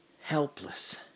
helpless